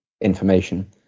information